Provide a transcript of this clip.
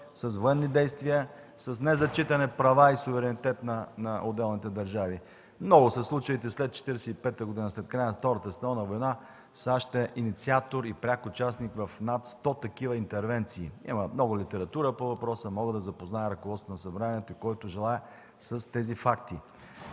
с военни действия, с незачитане права и суверенитет на отделните държави. Много са случаите след 1945 г., след края на Втората световна война. САЩ е инициатор и пряк участник в над 100 такива интервенции. Има много литература по въпроса, мога да запозная ръководството на Събранието, който желае, с тези факти,